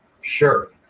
Sure